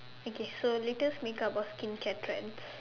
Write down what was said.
okay so latest make up or skincare trends